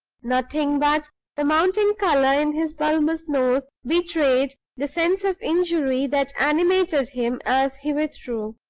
nothing but the mounting color in his bulbous nose betrayed the sense of injury that animated him as he withdrew.